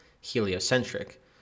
heliocentric